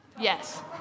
Yes